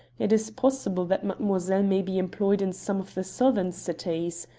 it is possible that mademoiselle may be employed in some of the southern cities.